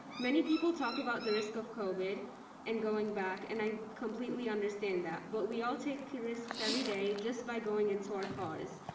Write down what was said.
many people talk about the risk of covid and going back. and i completely understand that, but we all take risks every day, just by going into our cars.